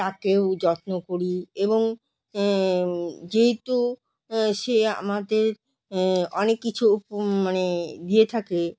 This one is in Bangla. তাকেও যত্ন করি এবং যেহেতু সে আমাদের অনেক কিছু মানে দিয়ে থাকে